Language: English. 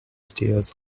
stairs